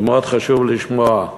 זה מאוד חשוב לשמוע.